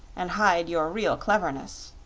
and hide your real cleverness.